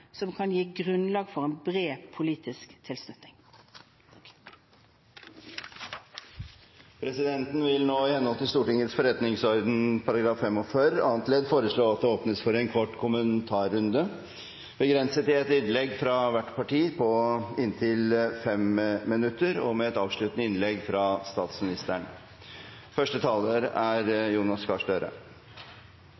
som kan gi grunnlag for en bred politisk tilslutning. Presidenten vil nå, i henhold til Stortingets forretningsorden § 45 annet ledd, foreslå at det åpnes for en kort kommentarrunde, begrenset til ett innlegg fra hvert parti på inntil 5 minutter og med et avsluttende innlegg fra statsministeren.